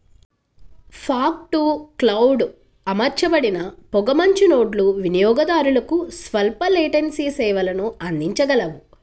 fog to cloud అమర్చబడిన పొగమంచు నోడ్లు వినియోగదారులకు స్వల్ప లేటెన్సీ సేవలను అందించగలవు